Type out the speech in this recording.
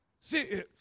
See